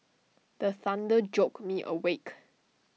the thunder joke me awake